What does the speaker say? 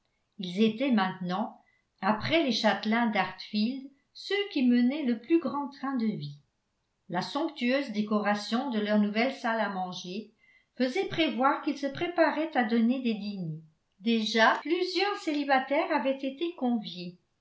ils étaient maintenant après les châtelains d'hartfield ceux qui menaient le plus grand train de vie la somptueuse décoration de leur nouvelle salle à manger faisait prévoir qu'ils se préparaient à donner des dîners déjà plusieurs célibataires avaient été conviés